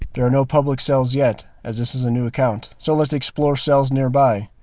there are no public cells yet as this is a new account so let's explore cells nearby.